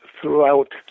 throughout